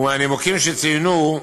ומהנימוקים שצוינו,